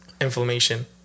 inflammation